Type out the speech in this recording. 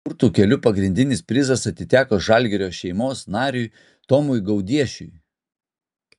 burtų keliu pagrindinis prizas atiteko žalgirio šeimos nariui tomui gaudiešiui